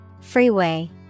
Freeway